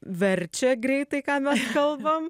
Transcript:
verčia greitai ką mes kalbam